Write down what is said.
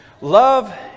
love